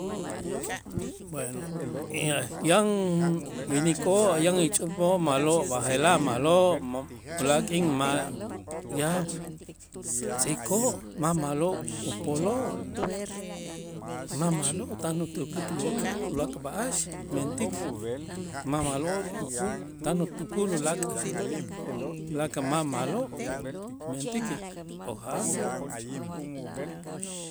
Bueno, yan winikoo', yan ixch'upoo' ma'lo' b'aje'laj ma'lo' ma ulaak' k'in ma' yaab' tz'ikoo' ma' ma'lo' upoloo' ma' ma'lo' tan utuklik ulaak' b'a'ax mentik ma' ma'lo' tukul tan utukul ulaak' ulaak' ma' ma'lo' mentäkej k'oja'an.